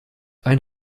ein